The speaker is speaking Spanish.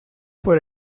por